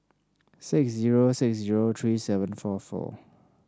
six zero six zero three seven four four